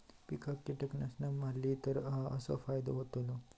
पिकांक कीटकनाशका मारली तर कसो फायदो होतलो?